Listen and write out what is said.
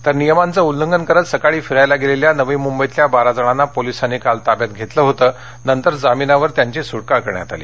तर नियमांचं उल्लंघन करत सकाळी फिरायला गेलेल्या नवी मुंबईतल्या बारा जणांना पोलिसांनी काल ताब्यात घेतलं होतं नंतर जामीनावर त्यांची सूटका करण्यात आली